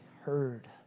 heard